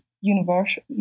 universal